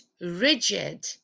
rigid